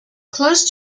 closed